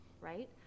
right